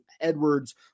Edwards